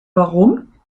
warum